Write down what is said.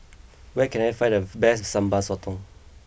where can I find the best Sambal Sotong